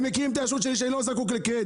הם מכירים את היושרה שלי שאני לא זקוק לקרדיט.